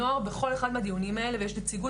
הנוער בכל אחד מהדיונים ויש נציגות